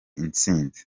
intsinzi